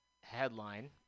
headline